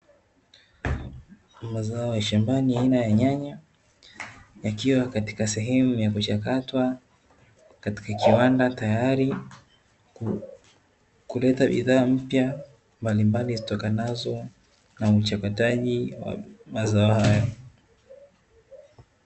Mazao ya shambani aina ya nyanya yakiwa katika sehemu ya kuchakatwa katika kiwanda, tayari kuleta bidhaa mpya mbalimbali zitokanazo na uchakataji wa mazao haya.